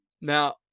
now